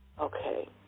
Okay